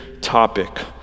topic